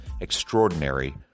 extraordinary